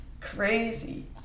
crazy